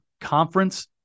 conference